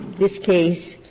this case,